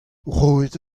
roit